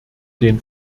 den